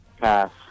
Pass